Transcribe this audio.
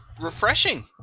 refreshing